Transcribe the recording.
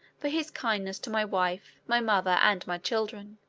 for his kindness to my wife, my mother, and my children.